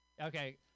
Okay